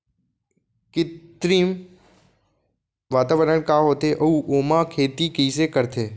कृत्रिम वातावरण का होथे, अऊ ओमा खेती कइसे करथे?